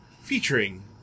featuring